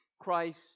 Christ